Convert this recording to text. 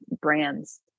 brands